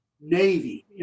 Navy